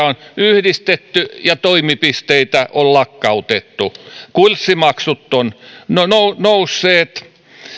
on yhdistetty ja toimipisteitä on lakkautettu kurssimaksut ovat nousseet